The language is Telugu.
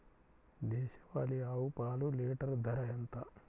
దేశవాలీ ఆవు పాలు లీటరు ధర ఎంత?